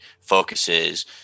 focuses